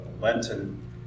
Lenten